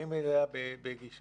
באים אליה בגישה,